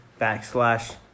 backslash